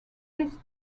this